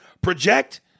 project